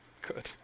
Good